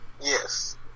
Yes